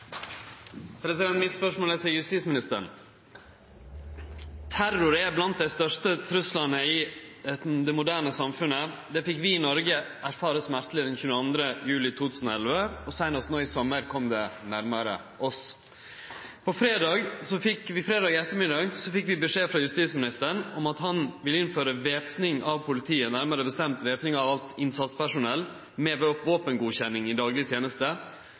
til justisministeren. Terror er blant dei største truslane i det moderne samfunnet. Det fekk vi i Noreg smerteleg erfare den 22. juli 2011, og seinast no i sommar kom det nærmare oss. Fredag ettermiddag fekk vi beskjed frå justisministeren om at han ville innføre væpning av politiet, nærmare bestemt væpning av alt innsatspersonell, med våpengodkjenning i dagleg